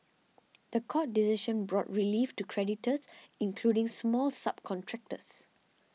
the court decision brought relief to creditors including small subcontractors